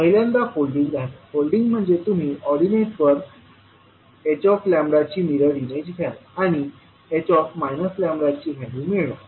पहिल्यांदा फोल्डिंग आहे फोल्डिंग म्हणजे तुम्ही ऑर्डिनेटवर hλ ची मिरर इमेज घ्यालआणिh λची व्हॅल्यू मिळवाल